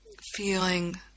feeling